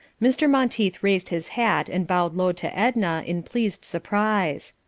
mr. monteith raised his hat and bowed low to edna in pleased surprise.